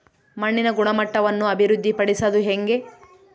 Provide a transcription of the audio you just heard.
ಮಣ್ಣಿನ ಗುಣಮಟ್ಟವನ್ನು ಅಭಿವೃದ್ಧಿ ಪಡಿಸದು ಹೆಂಗೆ?